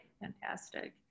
fantastic